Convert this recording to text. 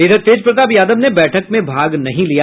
इधर तेज प्रताप यादव ने बैठक में भाग नहीं लिया